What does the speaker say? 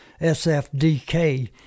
SFDK